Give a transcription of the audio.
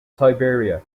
siberia